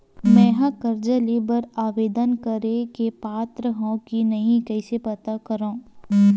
मेंहा कर्जा ले बर आवेदन करे के पात्र हव की नहीं कइसे पता करव?